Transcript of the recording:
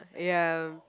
ya